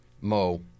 mo